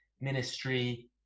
ministry